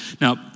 Now